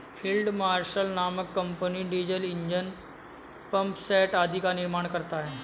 field marshal नामक कम्पनी diesel engine, pumpset आदि का निर्माण करता है